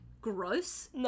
gross